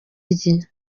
rye